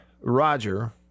Roger